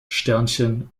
sternchen